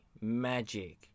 magic